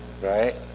right